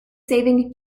saving